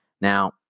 Now